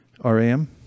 R-A-M